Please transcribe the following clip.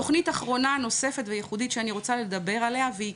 תוכנית אחרונה נוספת וייחודית שאני רוצה לדבר עליה והיא